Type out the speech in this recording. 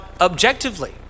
objectively